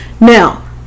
Now